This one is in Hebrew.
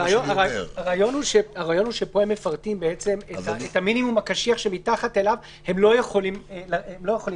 הרעיון הוא שפה הם מפרטים את המינימום הקשיח שמתחת אליו אי אפשר לרדת,